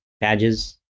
badges